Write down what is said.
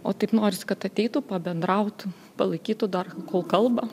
o taip noris kad ateitų pabendrautų palaikytų dar kol kalba